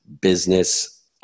Business